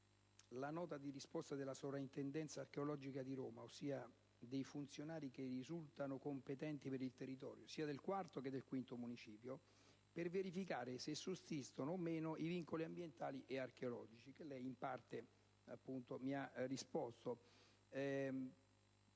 nota di risposta della Sovrintendenza archeologica di Roma, ossia dei funzionari che risultano competenti per il territorio, sia del IV che del V Municipio, per verificare se sussistano o meno i vincoli ambientali e archeologici, rispetto ai quali lei in parte mi ha risposto.